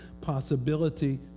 possibility